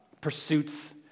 pursuits